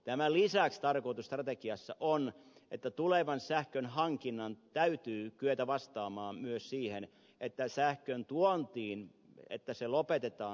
tämän lisäksi tarkoitus strategiassa on että tulevan sähkön hankinnan täytyy kyetä vastaamaan myös siihen että sähkön tuonti lopetetaan